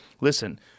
listen